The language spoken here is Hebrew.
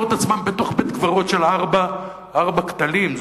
את עצמם בתוך בית-קברות של ארבעה כתלים.